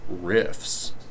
riffs